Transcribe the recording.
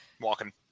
Walking